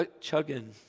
chugging